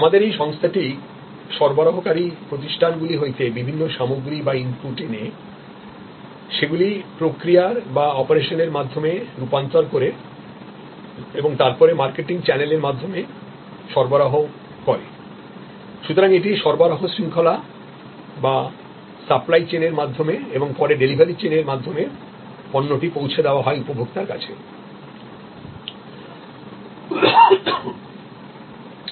আমাদের এই সংস্থাটি সরবরাহকারী প্রতিষ্ঠানগুলি হইতে বিভিন্ন সামগ্রী বা ইনপুট এনে সেগুলি প্রক্রিয়ার বা অপারেশনর মাধ্যমে রূপান্তর করে এবং তারপরে মার্কেটিং চ্যানেলের মাধ্যমে সরবরাহ করে সুতরাং এটি সরবরাহ শৃঙ্খলা বা সাপ্লাই চেইন এর মাধ্যমে এবং পরে ডেলিভারি চেইন এর মাধ্যমেপণ্যটি পৌঁছে দেওয়া হয় উপভোক্তার কাছে